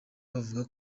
bavuga